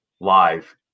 live